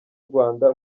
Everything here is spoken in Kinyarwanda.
rwanda